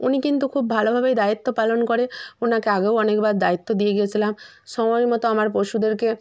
উনি কিন্তু খুব ভালোভাবেই দায়িত্ব পালন করে ওনাকে আগেও অনেকবার দায়িত্ব দিয়ে গেছিলাম সময়মতো আমার পশুদেরকে